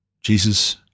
Jesus